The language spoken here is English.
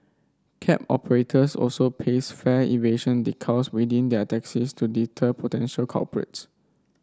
cab operators also paste fare evasion decals within their taxis to deter potential culprits